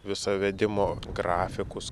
visą vedimo grafikus